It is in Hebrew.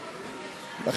".